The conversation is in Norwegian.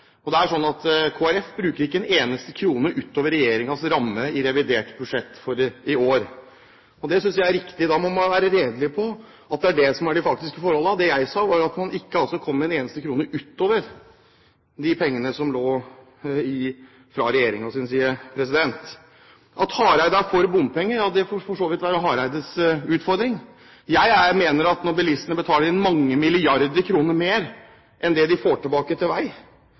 og det er sånn at Kristelig Folkeparti ikke bruker en eneste krone utover regjeringens ramme i revidert budsjett for i år. Det synes jeg er riktig. Da må man være redelig på at det er det som er de faktiske forhold. Det jeg sa, var at man ikke kom med en eneste krone utover de pengene som forelå fra regjeringens side. At Hareide er for bompenger, får for så vidt være Hareides utfordring. Jeg mener at når bilistene betaler inn mange milliarder kroner mer enn det de får tilbake til vei,